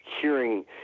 Hearing